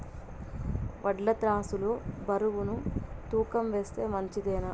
వడ్లు త్రాసు లో బరువును తూకం వేస్తే మంచిదేనా?